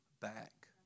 back